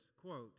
quote